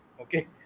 Okay